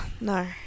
No